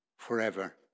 forever